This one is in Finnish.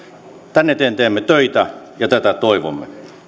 tämän eteen teemme töitä ja tätä toivomme